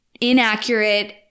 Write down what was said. inaccurate